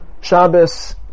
Shabbos